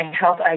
health